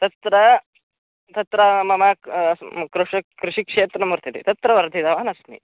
तत्र तत्र मम क् म् कृषक् कृषिक्षेत्रं वर्तते तत्र वर्धितवान् अस्मि